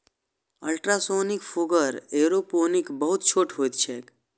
ultrasonic fogger aeroponic बहुत छोट होइत छैक